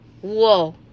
Whoa